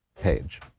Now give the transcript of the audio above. page